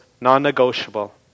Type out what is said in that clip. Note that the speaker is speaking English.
non-negotiable